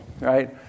right